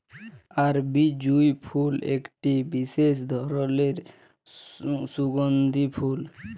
আরবি জুঁই ফুল একটি বিসেস ধরলের সুগন্ধিও ফুল